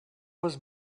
was